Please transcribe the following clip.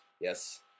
Yes